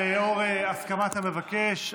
לאור הסכמת המבקש,